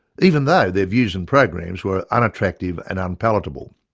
even though their views and programs were unattractive and unpalatable.